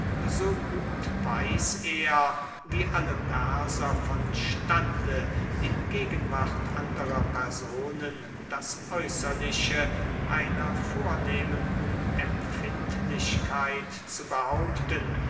gut weiß er wie alle perser von stande in gegenwart anderer personen das äußerliche einer vornehmen unempfindlichkeit zu behaupten